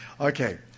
Okay